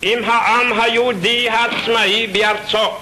עם העם היהודי העצמאי בארצו."